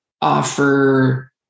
offer